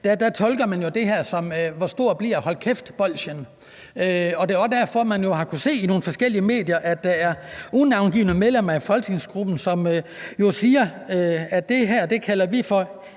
jo tolker det her som: Hvor stort bliver hold kæft-bolsjet? Det er også derfor, man jo i nogle forskellige medier har kunnet se, at der er unavngivne medlemmer af folketingsgruppen, som siger: Det her kalder vi en